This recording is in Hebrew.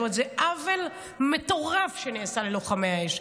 זאת אומרת, זה עוול מטורף שנעשה ללוחמי האש.